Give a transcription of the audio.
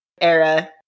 era